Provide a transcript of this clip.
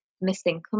missing